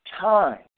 time